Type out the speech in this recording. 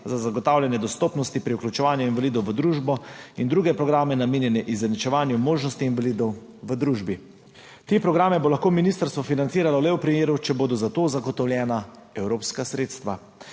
za zagotavljanje dostopnosti pri vključevanju invalidov v družbo in druge programe, namenjene izenačevanju možnosti invalidov v družbi. Te programe bo lahko ministrstvo financiralo le v primeru, če bodo za to zagotovljena evropska sredstva.